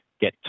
get